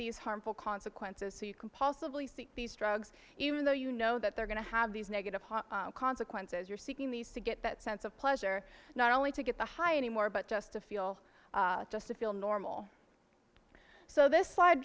these harmful consequences so you can possibly see these drugs even though you know that they're going to have these negative consequences you're seeking these to get that sense of pleasure not only to get the high anymore but just to feel just to feel normal so this slide